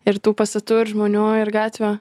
ir tų pastatų ir žmonių ir gatvių